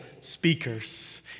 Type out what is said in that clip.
speakers